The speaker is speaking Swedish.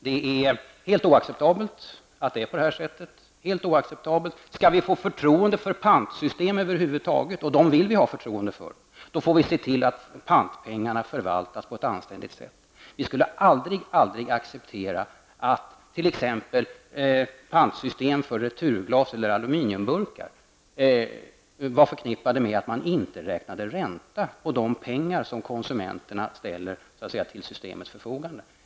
Det är helt oacceptabelt att det är på det här sättet. Skall vi få förtroende för pantsystem över huvud taget, och dem vill vi ha förtroende för, får vi se till att pantpengarna förvaltas på ett anständigt sätt. Vi skulle aldrig acceptera att t.ex. pantsystem för returglas eller aluminiumburkar var förknippade med att man inte räknade ränta på de pengar som konsumenterna ställer till systemets förfogande.